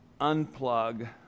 unplug